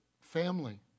family